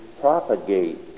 propagate